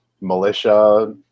militia